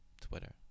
Twitter